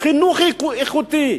חינוך איכותי.